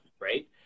right